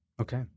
Okay